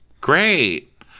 Great